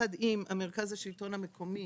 ביחד עם מרכז השלטון המקומי,